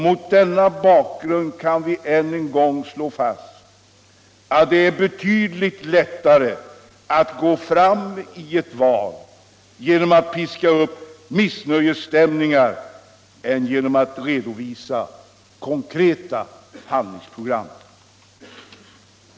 Mot denna bakgrund kan vi än en gång slå fast att det är betydligt lättare att gå fram i ett val genom att piska upp missnöjesstämningar än genom att redovisa konkreta handlingsprogram.